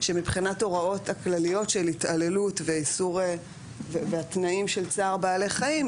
שמבחינת ההוראות הכלליות של התעללות והתנאים של צער בעלי חיים,